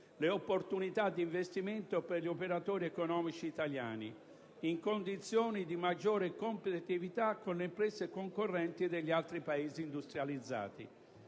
le opportunità di investimento per gli operatori economici italiani in condizioni di maggiore competitività con le imprese concorrenti degli altri Paesi industrializzati.